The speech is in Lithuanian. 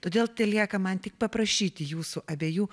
todėl telieka man tik paprašyti jūsų abiejų